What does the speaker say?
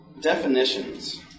Definitions